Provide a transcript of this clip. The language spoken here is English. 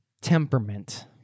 Temperament